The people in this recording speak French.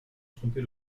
tromper